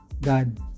God